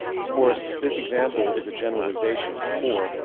of course, this example is a generalization. for,